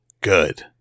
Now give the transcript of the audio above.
good